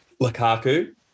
Lukaku